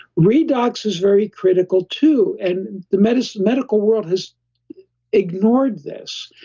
redox is very critical too, and the medical medical world has ignored this.